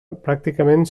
pràcticament